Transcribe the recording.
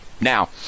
Now